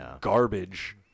garbage